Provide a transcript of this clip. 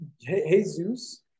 Jesus